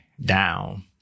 down